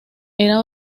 era